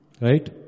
Right